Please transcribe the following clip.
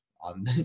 on